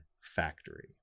factory